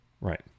Right